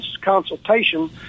consultation